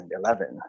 2011